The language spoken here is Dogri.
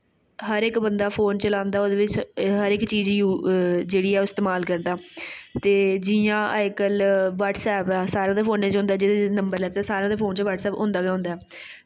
हर इक बंदा फोन चलांदा ओह्दे बिच्च हर इक चीज़ ऐ जेह्ड़ी ओह् इस्तमाल करदा ते जियां अज्ज कल ब्हटसैप ऐ सारें दे फोनै च होंदा जेह्दे जेह्दे नंबर लैते गे हन सारें दे फोन च ब्हटसैप होंदा गै होंदा ऐ